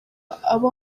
abo